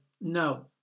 no